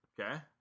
Okay